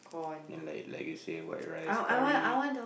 and like like you say white rice curry